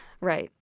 Right